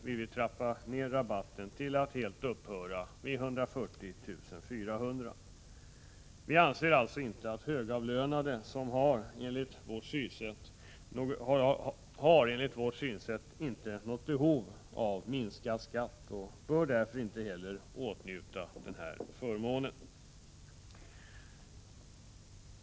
Där trappas rabatten av, för att helt upphöra vid 140 400 kr. Högavlönade har, enligt vårt synsätt, inget behov av minskad skatt och bör därför inte heller åtnjuta denna förmån.